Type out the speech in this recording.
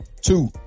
two